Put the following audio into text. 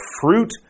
fruit